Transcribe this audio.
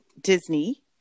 Disney